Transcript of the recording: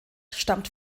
stammt